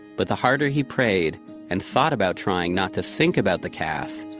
but the harder he prayed and thought about trying not to think about the calf,